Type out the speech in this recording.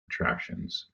attractions